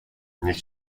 niech